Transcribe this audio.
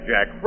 Jack